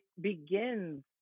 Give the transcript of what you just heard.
begins